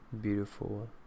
beautiful